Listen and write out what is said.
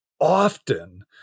often